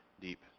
deep